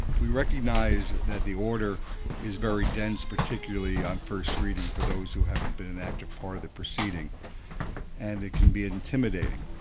we recognize that the order is very dense particularly on first reading for those who haven't been an active part of the proceeding and it can be intimidating.